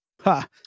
Ha